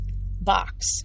box